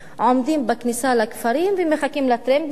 עומדים בכניסה לכפרים ומחכים לטרמפים.